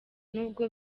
nubwo